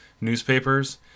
newspapers